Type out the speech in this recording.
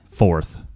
fourth